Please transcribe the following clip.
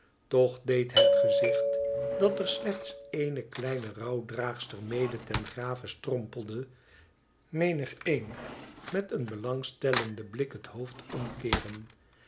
toch deed het gezicht dat er slechts ééne kleine rouwdraagster mede ten grave strompelde menigeen met een belangstellenden blik het hoofd omkeeren